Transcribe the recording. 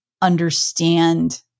understand